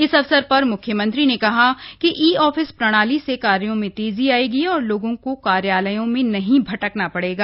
इस अवसर पर म्ख्यमंत्री ने कहा कि ई ऑफिस प्रणाली से कार्यो में तेजी आयेगी और लोगों को कार्यालयों में नहीं भटकना पड़ेगा